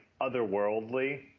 otherworldly